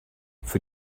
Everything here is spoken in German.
für